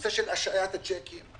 הנושא של השהיית הצ'קים,